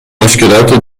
مشکلات